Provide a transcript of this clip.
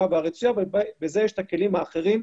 והרצויה ולשם כך יש את הכלים האחרים,